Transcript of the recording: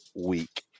week